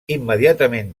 immediatament